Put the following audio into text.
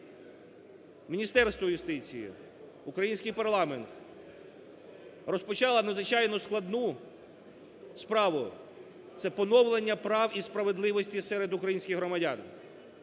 Міністерство юстиції, український парламент розпочали надзвичайно складну справу – це поновлення справ і справедливості серед українських громадян,